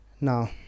now